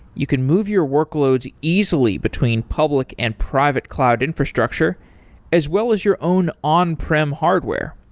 you can move your workloads easily between public and private cloud infrastructure as well as your own on-prim hardware.